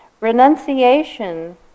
renunciation